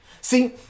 See